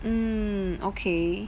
mm okay